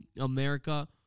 America